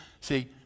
See